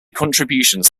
contributions